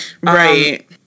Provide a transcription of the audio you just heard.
Right